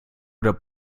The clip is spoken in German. oder